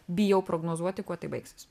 bijau prognozuoti kuo tai baigsis